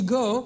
go